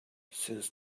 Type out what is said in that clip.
since